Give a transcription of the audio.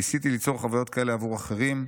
ניסיתי ליצור חוויות כאלה עבור אחרים.